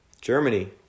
germany